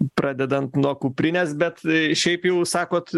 pradedant nuo kuprinės bet šiaip jau sakot